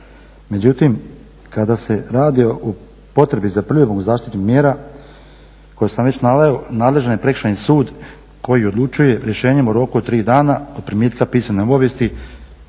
Međutim, kada se radi o potrebi za provedbom zaštitnih mjera koje sam već naveo nadležan je Prekršajni sud koji odlučuje rješenjem u roku od tri dana od primitka pisane obavijesti